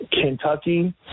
Kentucky